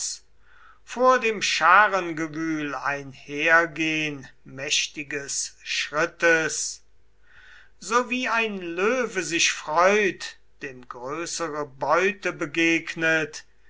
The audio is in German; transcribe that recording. vor dem scharengewühl einhergehn mächtiges schrittes so wie ein löwe sich freut dem größere beute begegnet